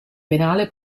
penale